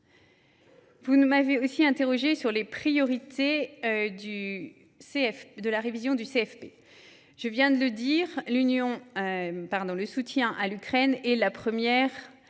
Vous m’avez aussi interrogée sur les priorités de la révision du CFP. Je viens de le dire, le soutien à l’Ukraine est la première